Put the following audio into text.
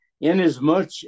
inasmuch